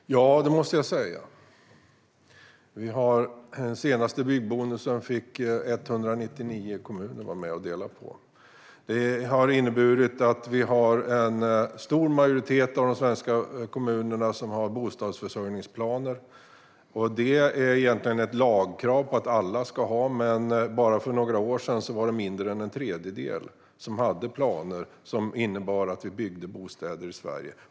Herr talman! Ja, det måste jag säga. Den senaste byggbonusen fick 199 kommuner vara med och dela på. Detta har inneburit att en stor majoritet av de svenska kommunerna har bostadsförsörjningsplaner. Det är egentligen ett lagkrav att alla ska ha det. Men bara för några år sedan var det mindre än en tredjedel som hade planer, som innebar att vi byggde bostäder i Sverige.